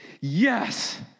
yes